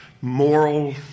moral